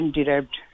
Derived